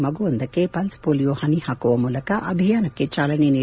ಮಗುವೊಂದಕ್ಕೆ pulse polio ಪನಿ ಹಾಕುವ ಮೂಲಕ ಅಭಿಯಾನಕ್ಕೆ ಚಾಲನೆ ನೀಡಿದರು